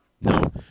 no